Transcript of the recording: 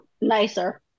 Nicer